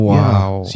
Wow